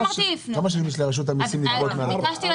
כמה שנים יש לרשות המיסים לדרוש את הכסף?